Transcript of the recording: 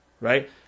right